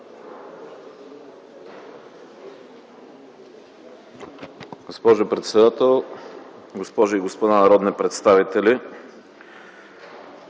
Госпожо председател, госпожи и господа народни представители!